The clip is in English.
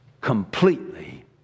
completely